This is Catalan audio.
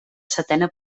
setena